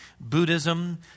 Buddhism